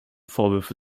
vorwürfe